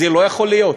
זה לא יכול להיות,